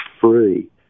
free